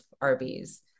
Arby's